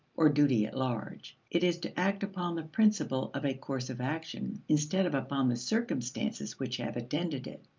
or duty at large it is to act upon the principle of a course of action, instead of upon the circumstances which have attended it.